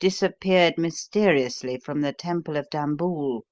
disappeared mysteriously from the temple of dambool,